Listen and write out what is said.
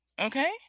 Okay